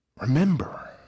remember